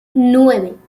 nueve